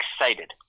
excited